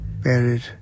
Buried